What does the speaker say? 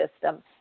system